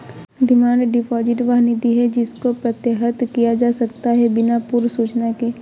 demand deposit वह निधि है जिसको प्रत्याहृत किया जा सकता है बिना पूर्व सूचना के